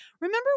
Remember